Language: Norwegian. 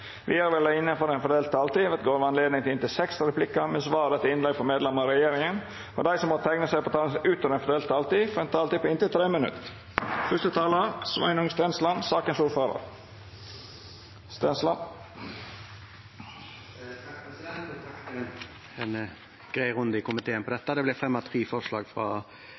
Vidare vil det – innanfor den fordelte taletida – verta gjeve anledning til inntil seks replikkar med svar etter innlegg frå medlemer av regjeringa, og dei som måtte teikna seg på talarlista utover den fordelte taletida, får ei taletid på inntil 3 minutt. Takk til komiteen for en grei runde om dette. Det ble fremmet tre forslag